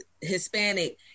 Hispanic